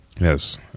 Yes